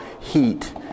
heat